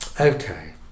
Okay